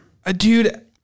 Dude